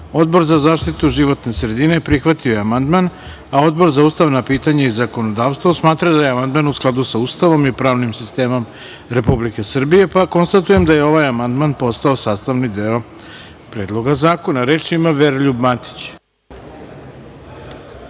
za zaštitu životne sredine prihvatio je amandman, a Odbor za ustavna pitanja i zakonodavstvo smatra da je amandman u skladu sa Ustavom i pravnim sistemom Republike Srbije. Konstatujem da je ovaj amandman postao sastavni deo Predloga zakona. Viktor Jevtović,